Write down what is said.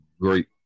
great